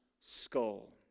skull